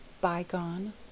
bygone